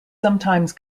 sometimes